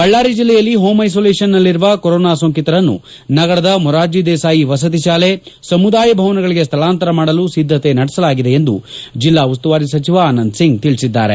ಬಳ್ಳಾರಿ ಜಿಲ್ಲೆಯಲ್ಲಿ home isolation ನಲ್ಲಿರುವ corona ಸೋಂಕಿತರನ್ನು ನಗರದ ಮೂರಾರ್ಜಿ ದೇಸಾಯಿ ವಸತಿ ಶಾಲೆ ಸಮುದಾಯ ಭವನಗಳಿಗೆ ಸ್ಥಳಾಂತರ ಮಾಡಲು ಸಿದ್ದತೆ ನಡೆಸಲಾಗಿದೆ ಎಂದು ಜಿಲ್ಲಾ ಉಸ್ತುವಾರಿ ಸಚಿವ ಆನಂದ್ ಸಿಂಗ್ ತಿಳಿಸಿದ್ದಾರೆ